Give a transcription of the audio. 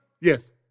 Yes